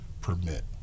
permit